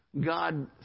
God